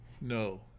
No